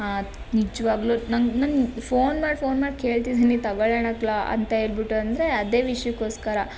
ನಿಜವಾಗಲೂ ನನಗೆ ನನಗೆ ಫೋನ್ ಮಾಡಿ ಫೋನ್ ಮಾಡಿ ಕೇಳ್ತಿದ್ದೀನಿ ತೊಗೋಳೋಣಕ್ಕ ಅಂತ ಹೇಳಿಬಿಟ್ಟು ಅಂದರೆ ಅದೇ ವಿಷಯಕ್ಕೋಸ್ಕರ